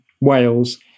Wales